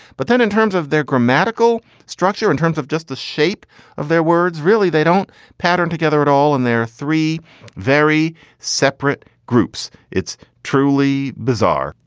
but then in terms of their grammatical structure, in terms of just the shape of their words, really, they don't pattern together at all in their three very separate groups. it's truly bizarre.